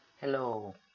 Hello